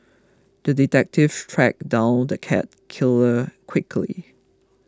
the detective tracked down the cat killer quickly